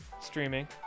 streaming